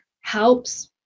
helps